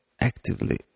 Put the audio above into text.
actively